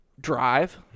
drive